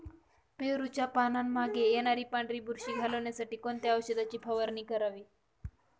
पेरूच्या पानांमागे येणारी पांढरी बुरशी घालवण्यासाठी कोणत्या औषधाची फवारणी करावी?